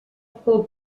pel